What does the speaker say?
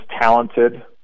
talented –